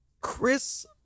Chris